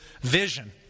vision